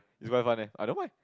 it's quite fun eh I don't mind